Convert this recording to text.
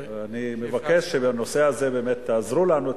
אני מבקש שבנושא הזה באמת תעזרו לנו,